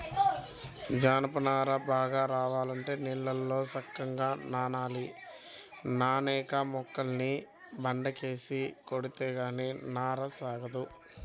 జనప నార బాగా రావాలంటే నీళ్ళల్లో సక్కంగా నానాలి, నానేక మొక్కల్ని బండకేసి కొడితే గానీ నార సాగదు